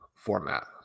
format